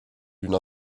d’une